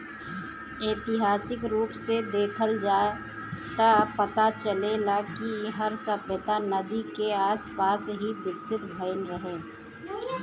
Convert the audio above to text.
ऐतिहासिक रूप से देखल जाव त पता चलेला कि हर सभ्यता नदी के आसपास ही विकसित भईल रहे